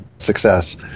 success